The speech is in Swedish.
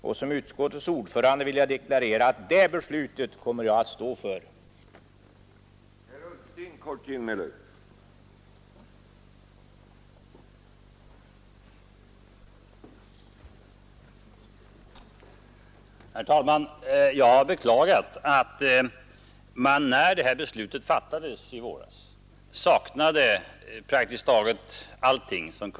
Såsom utskottets ordförande vill jag deklarera att jag kommer att stå för det beslutet.